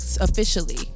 officially